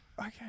Okay